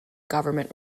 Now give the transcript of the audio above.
government